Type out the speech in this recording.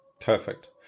perfect